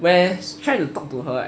when I tried to talk to her right